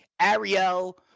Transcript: Ariel